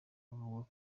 bavuga